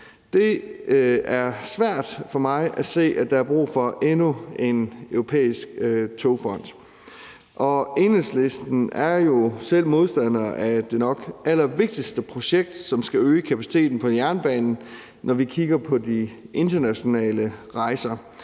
Det er svært for mig at se, at der er brug for endnu en europæisk togfond. Enhedslisten er jo selv modstander af det nok allervigtigste projekt, som skal øge kapaciteten på jernbanen, når vi kigger på de internationale rejser.